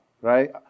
right